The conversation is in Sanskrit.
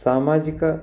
सामाजिकाय